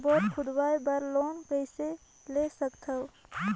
Bore खोदवाय बर loan कइसे ले सकथव?